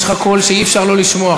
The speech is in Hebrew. יש לך קול שאי-אפשר שלא לשמוע.